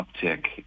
uptick